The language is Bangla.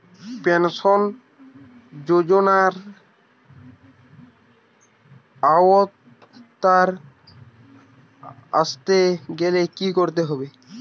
পেনশন যজোনার আওতায় আসতে গেলে কি করতে হবে?